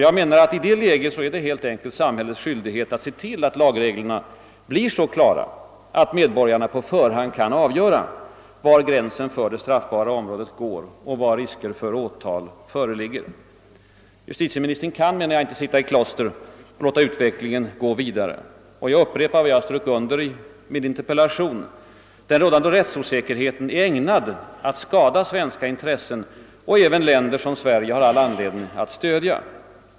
Jag anser att det i detta läge helt enkelt är samhällets skyldighet att se till att lagreglerna blir så klara, att medborgarna på förhand kan avgöra var gränsen för det straffbara området går och när risker för åtal föreligger. Justitieministern kan inte sitta i kloster och låta utvecklingen gå vidare. Jag upprepar vad jag strök under i min interpellation: den rådande rättsosäkerheten är ägnad att skada svenska intressen och även:länder som Sverige har anledning att stödja.